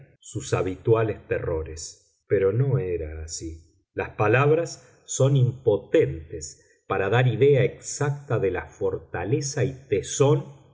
sus habituales terrores pero no era así las palabras son impotentes para dar idea exacta de la fortaleza y tesón